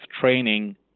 training